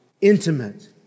intimate